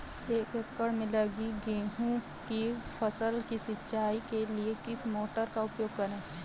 एक एकड़ में लगी गेहूँ की फसल की सिंचाई के लिए किस मोटर का उपयोग करें?